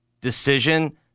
decision